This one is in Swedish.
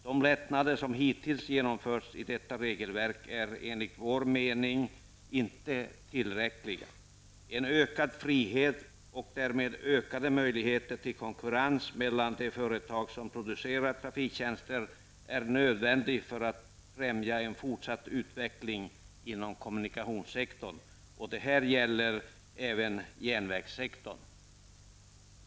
De lättnader som hittills har genomförts i detta regelverk är enligt vår mening inte tillräckliga. En ökad frihet, och därmed ökade möjligheter till konkurrens mellan de företag som producerar trafiktjänster, är nödvändig för att främja en fortsatt utveckling inom kommunikationssektorn. Och detta gäller även järnvägssektorn.